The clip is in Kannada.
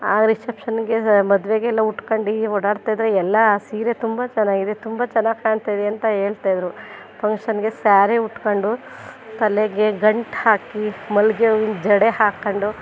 ಆ ರಿಸೆಪ್ಷನ್ಗೆ ಮದುವೆಗೆಲ್ಲ ಉಟ್ಕೊಂಡು ಓಡಾಡ್ತಾಯಿದ್ರೆ ಎಲ್ಲ ಸೀರೆ ತುಂಬ ಚೆನ್ನಾಗಿದೆ ತುಂಬ ಚೆನ್ನಾಗಿ ಕಾಣ್ತಾಯಿದೆ ಅಂತ ಹೇಳ್ತಾಯಿದ್ರು ಪಂಕ್ಷನ್ಗೆ ಸ್ಯಾರಿ ಉಟ್ಕೊಂಡು ತಲೆಗೆ ಗಂಟು ಹಾಕಿ ಮಲ್ಲಿಗೆ ಹೂವಿನ ಜಡೆ ಹಾಕೊಂಡು